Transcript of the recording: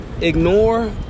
ignore